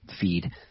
feed